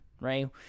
right